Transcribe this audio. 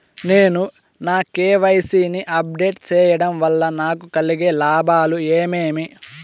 నేను నా కె.వై.సి ని అప్ డేట్ సేయడం వల్ల నాకు కలిగే లాభాలు ఏమేమీ?